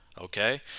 Okay